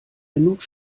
genug